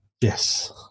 yes